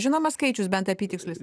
žinomas skaičius bent apytikslis